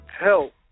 help